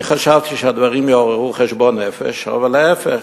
אני חשבתי שהדברים יעוררו חשבון נפש, אבל להיפך,